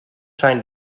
zijn